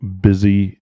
busy